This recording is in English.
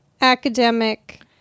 academic